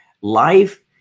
Life